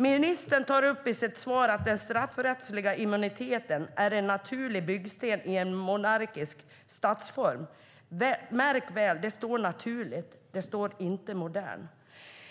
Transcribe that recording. Ministern tar upp i sitt svar att den straffrättsliga immuniteten är en naturlig byggsten i en monarkisk statsform. Märk väl: Det står naturlig . Det står inte modern.